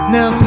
Now